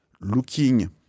looking